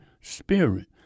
spirit